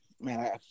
Man